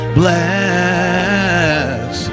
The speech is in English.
bless